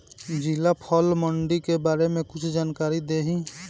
जिला फल मंडी के बारे में कुछ जानकारी देहीं?